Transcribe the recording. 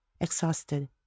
exhausted